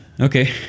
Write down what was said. Okay